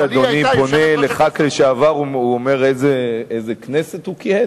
האם כשאדוני פונה לחבר הכנסת לשעבר הוא אומר באיזו כנסת הוא כיהן?